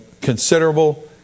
considerable